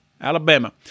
Alabama